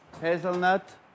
hazelnut